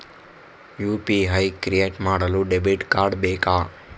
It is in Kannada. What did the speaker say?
ಯು.ಪಿ.ಐ ಕ್ರಿಯೇಟ್ ಮಾಡಲು ಡೆಬಿಟ್ ಕಾರ್ಡ್ ಬೇಕಾ?